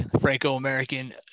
Franco-American